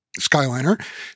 Skyliner